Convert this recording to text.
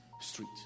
street